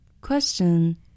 Question